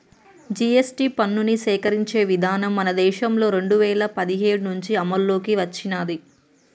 GST పన్నుని సేకరించే విధానం మన దేశంలో రెండు వేల పదిహేడు నుంచి అమల్లోకి వచ్చినాది